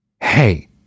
Hey